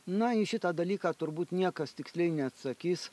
na į šitą dalyką turbūt niekas tiksliai neatsakys